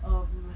um